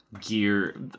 gear